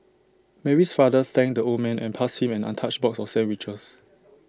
Mary's father thanked the old man and passed him an untouched box of sandwiches